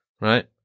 Right